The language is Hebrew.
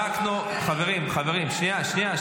ככה ------ חברים, שנייה.